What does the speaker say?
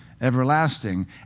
everlasting